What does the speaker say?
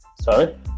Sorry